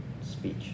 speech